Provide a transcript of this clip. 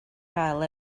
gael